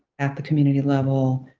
at the community level,